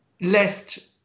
left